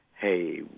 hey